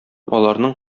аларның